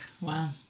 Wow